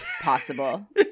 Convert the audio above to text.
possible